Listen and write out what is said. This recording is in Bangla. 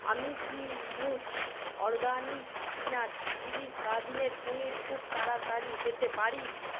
আমি কি মুজ অরগ্যানিক পিনাট চিলি সয়াবিনের পনির খুব তাড়াতাড়ি পেতে পারি